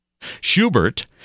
Schubert